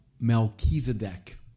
Melchizedek